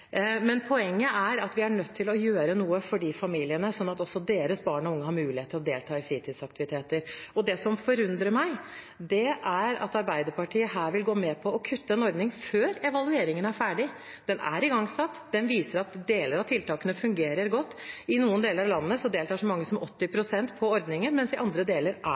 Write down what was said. Men poenget er at vi er nødt til å gjøre noe for de familiene, sånn at også deres barn og unge har mulighet til å delta i fritidsaktiviteter. Det som forundrer meg, er at Arbeiderpartiet her vil gå med på å kutte en ordning før evalueringen er ferdig. Den er igangsatt, og den viser at deler av tiltakene fungerer godt. I noen deler av landet deltar så mange som 80 pst. i ordningen, mens det i andre deler